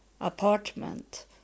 apartment